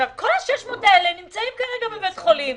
כל ה-600 האלה נמצאים כרגע בבתי החולים.